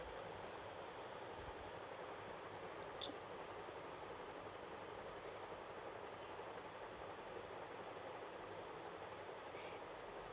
okay